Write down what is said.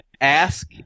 ask